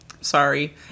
sorry